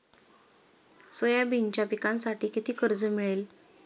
सोयाबीनच्या पिकांसाठी किती कर्ज मिळेल?